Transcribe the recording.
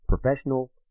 Professional